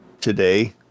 today